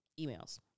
emails